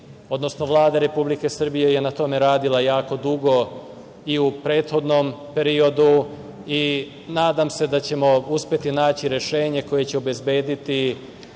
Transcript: odnosno Vlada Republike Srbije je na tome radila jako dugo i u prethodnom periodu i nadam se da ćemo uspeti naći rešenje koje će obezbediti